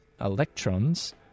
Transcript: electrons